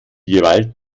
gewalt